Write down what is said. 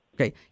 Okay